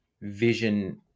vision